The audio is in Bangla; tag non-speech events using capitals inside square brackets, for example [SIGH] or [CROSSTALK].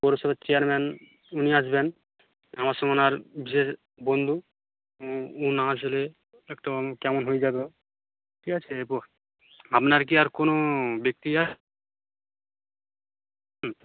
পৌরসভার চেয়ারম্যান উনি আসবেন আমার সঙ্গে ওনার বিশেষ বন্ধু [UNINTELLIGIBLE] ও না আসলে একটা কেমন হয়ে যাবে ঠিক আছে [UNINTELLIGIBLE] আপনার কি আর কোনো ব্যক্তি [UNINTELLIGIBLE] হুম